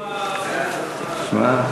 תשמע,